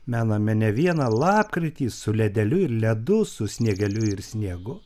mename ne vieną lapkritį su ledeliu ir ledu su sniegeliu ir sniegu